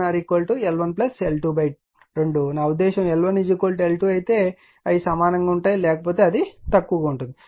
కాబట్టి నా ఉద్దేశ్యం L1 L2 అయితే మాత్రమే అవి సమానంగా ఉంటాయి లేకపోతే అది తక్కువగా ఉంటుంది